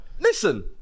Listen